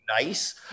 nice